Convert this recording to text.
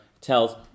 tells